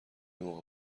موقع